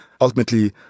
ultimately